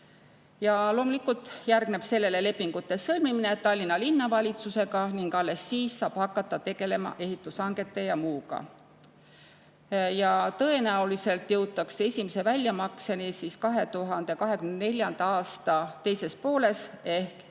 Loomulikult järgneb sellele lepingute sõlmimine Tallinna Linnavalitsusega ning alles siis saab hakata tegelema ehitushangete ja muuga. Tõenäoliselt jõutakse esimese väljamakseni 2024. aasta teises pooles, ehk